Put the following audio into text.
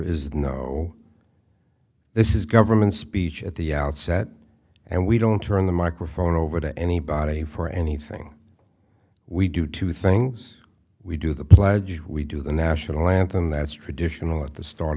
is no this is government speech at the outset and we don't turn the microphone over to anybody for anything we do two things we do the pledge we do the national anthem that's traditional at the start